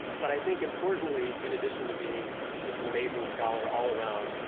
but i think, importantly, in addition to being just an amazing scholar all around,